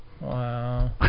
Wow